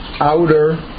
outer